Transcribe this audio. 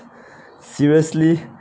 seriously